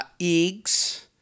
eggs